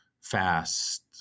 fast